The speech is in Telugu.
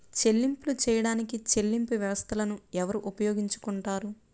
చెల్లింపులు చేయడానికి చెల్లింపు వ్యవస్థలను ఎవరు ఉపయోగించుకొంటారు?